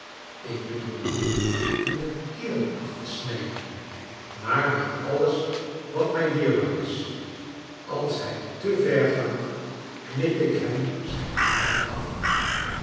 ik bedoel niet hem de keel af te snijden maar bij alles wat mij dierbaar is als hij te ver gaat knip ik hem zijn haren af